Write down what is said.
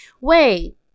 Wait